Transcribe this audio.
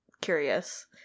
curious